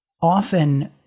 Often